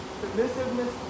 submissiveness